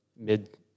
mid